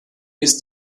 ist